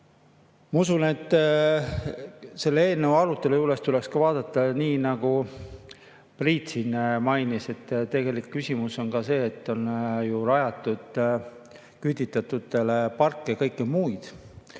Ma usun, et selle eelnõu arutelu juures tuleks ka vaadata, nii nagu Priit siin mainis, et tegelik küsimus on see, et on rajatud küüditatute auks parke ja kõike muud.